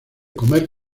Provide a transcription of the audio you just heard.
comer